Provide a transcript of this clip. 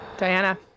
Diana